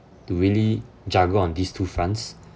to really juggle on these two fronts